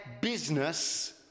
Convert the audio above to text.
business